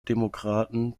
demokraten